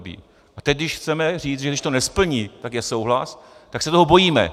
A teď, když chceme říct, že když to nesplní, tak je souhlas, tak se toho bojíme.